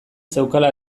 zeukala